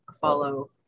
follow